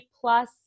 plus